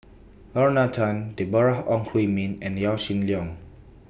Lorna Tan Deborah Ong Hui Min and Yaw Shin Leong